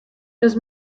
los